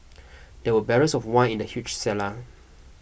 there were barrels of wine in the huge cellar